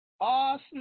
Awesome